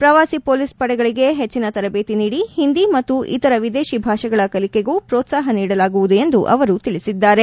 ಪ್ರವಾಸಿ ಪೊಲೀಸ್ ಪಡೆಗಳಿಗೆ ಹೆಚ್ಚನ ತರಬೇತಿ ನೀಡಿ ಹಿಂದಿ ಮತ್ತು ಇತರ ವಿದೇಶಿ ಭಾಷೆಗಳ ಕಲಿಕೆಗೂ ಪ್ರೋತ್ಲಾಹ ನೀಡಲಾಗುವುದು ಎಂದು ಅವರು ತಿಳಿಸಿದ್ದಾರೆ